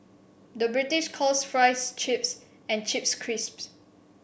the British calls fries chips and chips crisps